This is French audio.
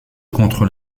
contre